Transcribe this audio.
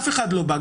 אף אחד לא בא,